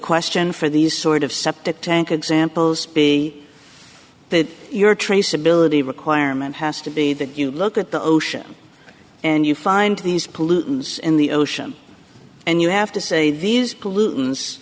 question for these sort of septic tank examples be that your traceability requirement has to be that you look at the ocean and you find these pollutants in the ocean and you have to say these pollutants